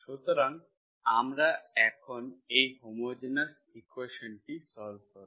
সুতরাং আমরা এখন এই হোমোজেনিয়াস ইকুয়েশনটি সল্ভ করব